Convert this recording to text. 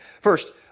First